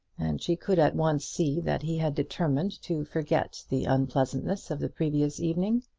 and she could at once see that he had determined to forget the unpleasantnesses of the previous evening.